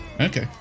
Okay